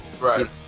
right